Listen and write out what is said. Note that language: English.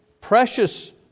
precious